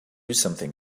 something